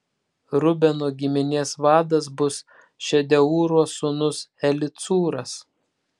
rubeno giminės vadas bus šedeūro sūnus elicūras